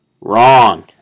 Wrong